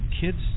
Kids